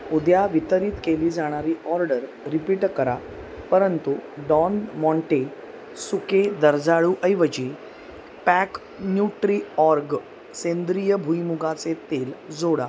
उद्या वितरित केली जाणारी ऑर्डर रिपीट करा परंतु डॉन मॉन्टे सुके जर्दाळूऐवजी पॅक न्यूट्रीऑर्ग सेंद्रिय भूईमुगाचे तेल जोडा